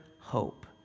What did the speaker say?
hope